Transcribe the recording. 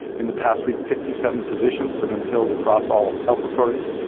in the past week fifty seven positions have been filled across all health authorities,